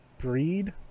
Breed